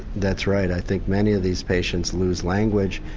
that's right, i think many of these patients lose language,